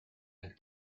had